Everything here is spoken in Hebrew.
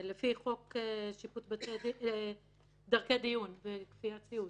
לפי חוק דרכי דיון וכפיית ציות,